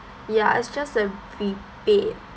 ya it's just a rebate